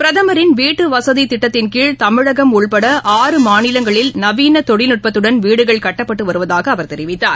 பிரதமின் வீட்டுவசதி திட்டத்தின் கீழ் தமிழகம் உட்பட ஆறு மாநிலங்களில் நவீன தொழில்நுட்பத்துடன் வீடுகள் கட்டப்பட்டு வருவதாக அவர் தெரிவித்தார்